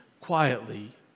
quietly